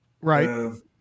right